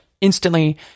instantly